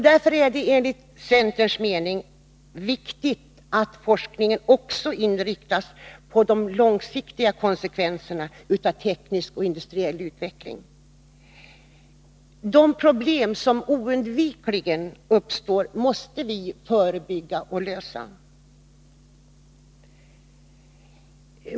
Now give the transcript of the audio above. Därför är det enligt centerns mening viktigt att forskningen också inriktas på de långsiktiga konsekvenserna av teknisk och industriell utveckling. De problem som oundvikligen uppstår måste vi förebygga eller lösa.